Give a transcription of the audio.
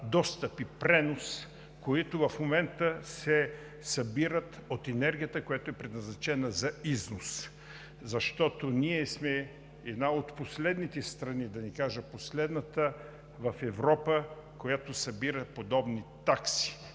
достъп и пренос, които в момента се събират от енергията, която е предназначена за износ, защото ние сме една от последните страни, да не кажа последната в Европа, която събира подобни такси.